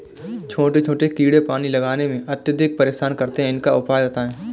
छोटे छोटे कीड़े पानी लगाने में अत्याधिक परेशान करते हैं इनका उपाय बताएं?